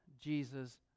Jesus